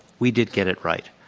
we did get it right.